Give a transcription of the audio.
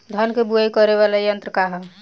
धान के बुवाई करे वाला यत्र का ह?